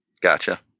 gotcha